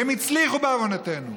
והם הצליחו, בעוונותינו.